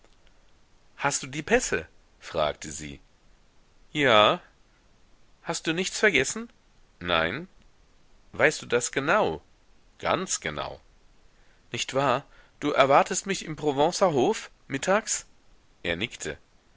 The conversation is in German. hast du die pässe fragte sie ja hast du nichts vergessen nein weißt du das genau ganz genau nicht wahr du erwartest mich im provencer hof mittags er nickte